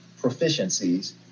proficiencies